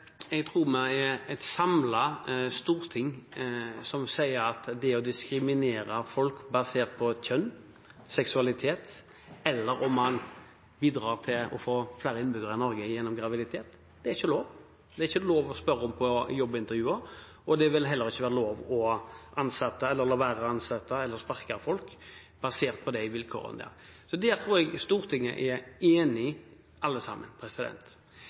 Jeg tror at et samlet storting mener at det å diskriminere folk basert på kjønn eller seksualitet – eller ved at de bidrar til å få flere innbyggere i Norge gjennom graviditet – ikke er lov. Dette er det ikke lov til å spørre om på jobbintervju, og det vil heller ikke være lov å la være å ansette eller sparke folk basert på de vilkårene. Det tror jeg alle sammen i Stortinget er enige i.